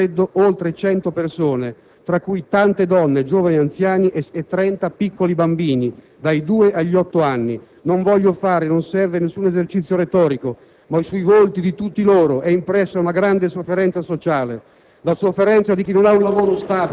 occupato: asserragliate, nel buio e nel freddo, vi sono oltre 100 persone tra cui tante donne, giovani e anziani e 30 piccoli bambini, dai due agli otto anni. Non voglio fare - non serve - nessun esercizio retorico. Ma sui volti di tutto loro è impressa una grande sofferenza sociale,